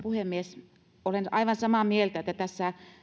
puhemies olen aivan samaa mieltä että tässä